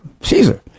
Caesar